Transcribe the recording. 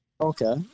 okay